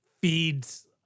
feeds